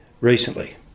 recently